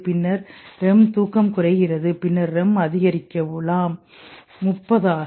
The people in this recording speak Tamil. பின்னர் REM தூக்கம் குறைகிறது பின்னர் REMஅதிகரிக்கலாம் 30 ஆக